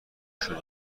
شون